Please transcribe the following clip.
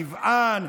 צבען,